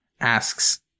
asks